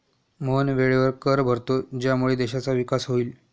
मोहन वेळेवर कर भरतो ज्यामुळे देशाचा विकास होईल